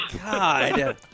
God